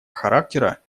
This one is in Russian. характера